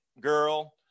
girl